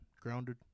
grounded